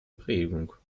prägung